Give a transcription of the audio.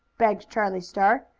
begged charlie star.